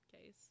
case